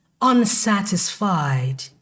unsatisfied